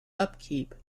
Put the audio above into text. upkeep